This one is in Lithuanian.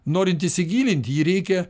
norint įsigilint į jį reikia